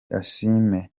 asiimwe